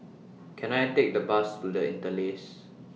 Can I Take A Bus to The Interlace